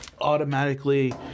automatically